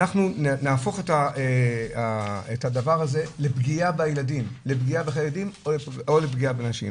אנחנו נהפוך את הדבר הזה לפגיעה בילדים או לפגיעה בנשים.